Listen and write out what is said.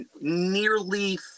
nearly